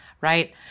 right